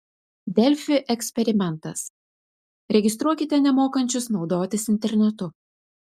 delfi eksperimentas registruokite nemokančius naudotis internetu